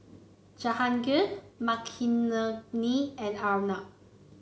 Jahangir Makineni and Arnab